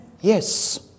Yes